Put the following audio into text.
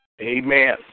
Amen